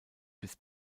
bis